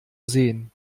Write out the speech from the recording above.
sehen